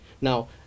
Now